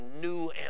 new